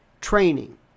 Training